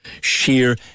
Sheer